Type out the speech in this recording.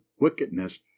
wickedness